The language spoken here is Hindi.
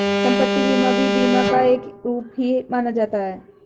सम्पत्ति बीमा भी बीमा का एक रूप ही माना जाता है